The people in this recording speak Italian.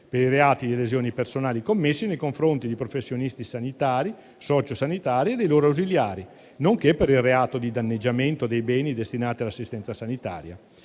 per i reati di lesioni personali commessi nei confronti di professionisti sanitari, socio-sanitari e dei loro ausiliari, nonché per il reato di danneggiamento dei beni destinati all'assistenza sanitaria.